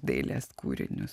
dailės kūrinius